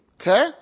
Okay